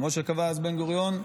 כמו שקבע אז בן-גוריון,